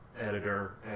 editor